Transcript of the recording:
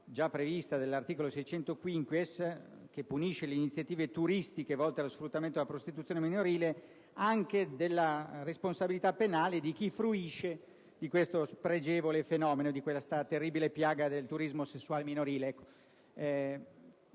già prevista dall'articolo 600-*quinquies* che punisce le iniziative turistiche volte allo sfruttamento della prostituzione minorile, della responsabilità penale di chi fruisce di questo spregevole fenomeno, di quella terribile piaga del turismo sessuale minorile.